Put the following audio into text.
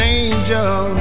angel